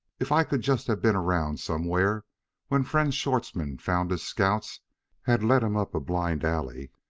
if i could just have been around somewhere when friend schwartzmann found his scouts had led him up a blind alley,